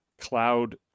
cloud